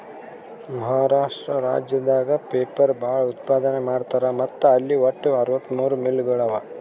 ಮಹಾರಾಷ್ಟ್ರ ರಾಜ್ಯದಾಗ್ ಪೇಪರ್ ಭಾಳ್ ಉತ್ಪಾದನ್ ಮಾಡ್ತರ್ ಮತ್ತ್ ಅಲ್ಲಿ ವಟ್ಟ್ ಅರವತ್ತಮೂರ್ ಮಿಲ್ಗೊಳ್ ಅವಾ